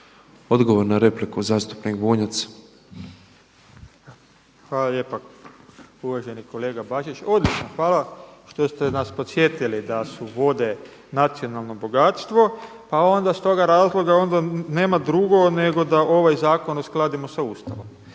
Branimir (Živi zid)** Hvala lijepa uvaženi kolega Bačić. Odlično, hvala što ste nas podsjetili da su vode nacionalno bogatstvo pa onda iz toga razloga onda nema drugo nego da ovaj zakon uskladimo sa Ustavom.